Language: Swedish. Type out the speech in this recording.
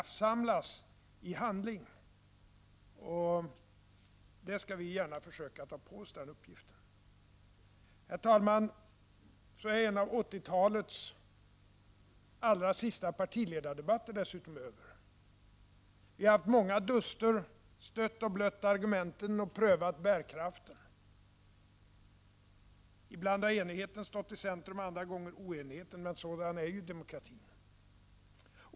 Den uppgiften skall vi socialdemokrater gärna försöka ta på oss. Herr talman! Så är en av 80-talets allra sista partiledardebatter dessutom över. Vi har haft många duster, stött och blött argumenten och prövat bärkraften. Ibland har enigheten stått i centrum, andra gånger oenigheten, men sådan är ju demokratin.